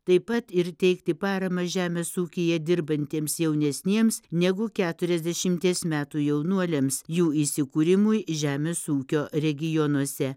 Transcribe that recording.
taip pat ir teikti paramą žemės ūkyje dirbantiems jaunesniems negu keturiasdešimties metų jaunuoliams jų įsikūrimui žemės ūkio regionuose